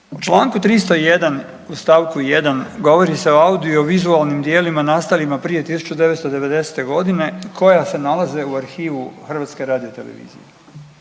U čl. 301 st. 1. govori se o audiovizualnim djelima nastalima prije 1990. g. koja se nalaze u arhivu HRT-a i ta djela, kaže